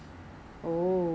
then after that toner